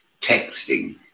texting